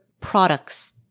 products